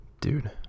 Dude